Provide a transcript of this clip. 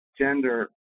gender